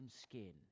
skin